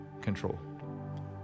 control